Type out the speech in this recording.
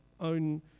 own